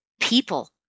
people